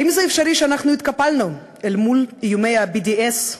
האם זה אפשרי שאנחנו התקפלנו אל מול איומי ה-BDS,